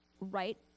Right